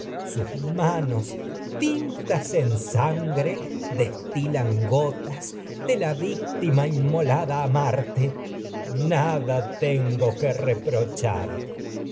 sus manos tintas en sangre desti gotas de la victima inmolada a marte nada tengo que reprochar